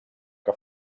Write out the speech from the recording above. que